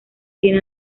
tiene